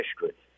history